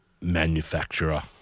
manufacturer